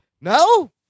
No